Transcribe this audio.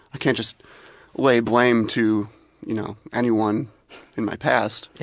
i can't just lay blame to you know anyone in my past.